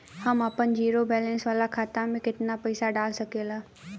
हम आपन zero balance वाला खाता मे केतना पईसा डाल सकेला?